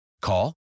Call